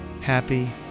happy